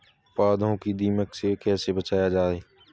पौधों को दीमक से कैसे बचाया जाय?